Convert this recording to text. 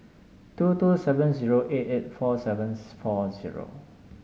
two two seven zero eight eight four seventh four zero